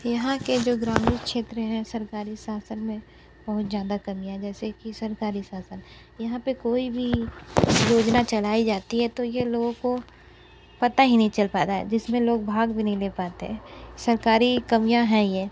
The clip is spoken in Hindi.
यहाँ के जो ग्रामीण क्षेत्र है सरकारी शासन में बहुत ज़्यादा कमियाँ है जैसे कि सरकारी शासन यहाँ पर कोई भी योजना चलाई जाती है तो ये लोगों को पता ही नहीं चल पाता है जिसमें लोग भाग भी नहीं ले पाते हैं सरकारी कमियाँ हैं ये